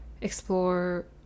explore